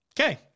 Okay